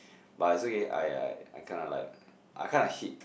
but it's okay I I I kinda like I kinda like hit